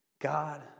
God